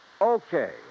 Okay